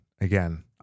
again